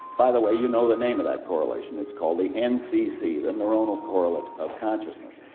by the way, you know the name of that correlation it's called the ncc, the neuronal correlate of consciousness.